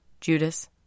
Judas